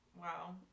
Wow